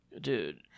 Dude